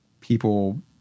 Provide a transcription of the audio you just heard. people